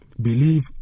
believe